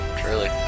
truly